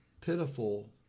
pitiful